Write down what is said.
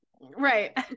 Right